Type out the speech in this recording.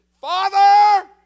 Father